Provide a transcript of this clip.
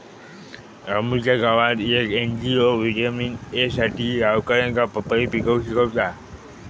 रामूच्या गावात येक एन.जी.ओ व्हिटॅमिन ए साठी गावकऱ्यांका पपई पिकवूक शिकवता